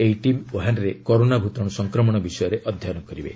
ଏହି ଟିମ୍ ଓ୍ୱହାନ୍ରେ କରୋନା ଭୂତାଣୁ ସଂକ୍ରମଣ ବିଷୟରେ ଅଧ୍ୟୟନ କରିବେ